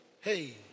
hey